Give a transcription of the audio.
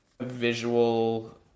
visual